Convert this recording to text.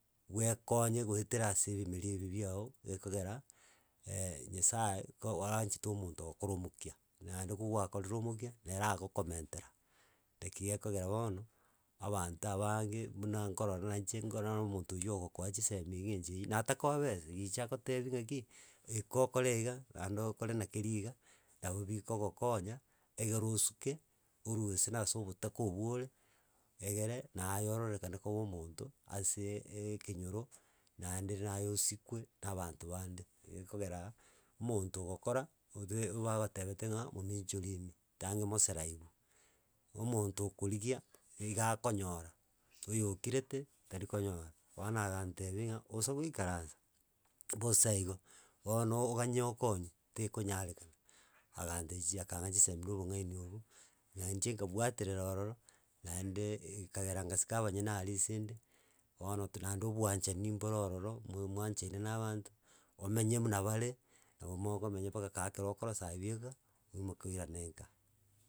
Bwekonye goetera ase ebimeri ebi biao gekogera nyasaye ko oachete omonto ogokora omokia, naende ko gwakorire omokia nere agokomentera, naki gekogera bono, abanto abange muna nkorora na inche nkorora nonya na omonto oywo ogokoa chisemi iga enchera eywo, natakoa besa, gicha agotebi ng'aki ika okore iga naende okore nakeria iga, nabo bikogokonya egere osuke orwe gose nase obotaka obwo ore egere naye ororekane koba omonto ase eekenyoro, naende ri naye osikwe na abanto bande gekogera omonto ogokora ogote ebagotebete ng'a mominchorini tange moseraibu, omonto okorigia niga akonyora, oyokirete tari konyora, bono agantebia ng'a osa goikaransa bosa igo, bono oganye okonywe tekonyarekana agantesisi akang'aa chisemi na obong'aini obwo, na inche nkwabwaterera ororo, naende ekagera ngasika abanyene aria ase ende. Bono tu naende obwanchani mboro ororo, mwa mwanchaine na abanto, omenye muna bare, nabo mokomenya baka kaaa ekero okorosa aye bieka oimoke oirane nka.